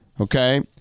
okay